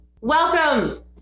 Welcome